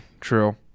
true